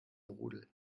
rudel